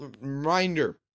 reminder